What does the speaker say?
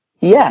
Yes